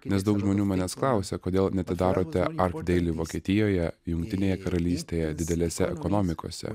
nes daug žmonių manęs klausia kodėl neatidarote archdeili vokietijoje jungtinėje karalystėje didelėse ekonomikose